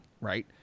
right